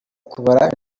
kubara